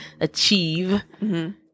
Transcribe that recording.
achieve